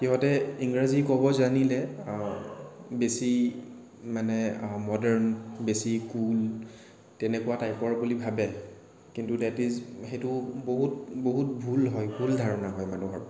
সিহঁতে ইংৰাজী ক'ব জানিলে বেছি মানে মডাৰ্ন বেছি কুল তেনেকুৱা টাইপৰ বুলি ভাৱে কিন্তু দেট ইজ সেইটোও বহুত বহুত ভুল হয় ভুল ধাৰণা হয় মানুহৰ